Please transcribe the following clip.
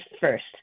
first